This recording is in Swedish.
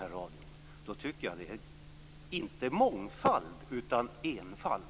Om så inte är fallet tycker jag inte att det är mångfald utan enfald.